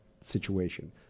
situation